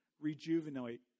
rejuvenate